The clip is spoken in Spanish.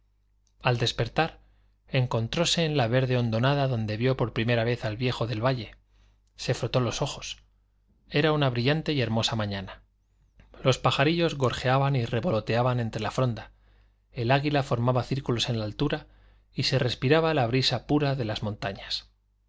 al despertar encontróse en la verde hondonada donde vió por primera vez al viejo del valle se frotó los ojos era una brillante y hermosa mañana los pajarillos gorjeaban y revoloteaban entre la fronda el águila formaba círculos en la altura y se respiraba la brisa pura de las montañas